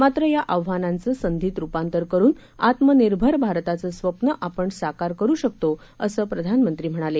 मात्र या आव्हानांचं संधीत रूपांतर करून आत्मनिर्भर भारताचं स्वप्न आपण साकार करू शकतो असं प्रधानमंत्री म्हणाले